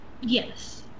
yes